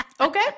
Okay